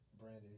Brandy